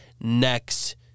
next